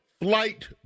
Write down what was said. flight